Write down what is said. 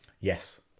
Yes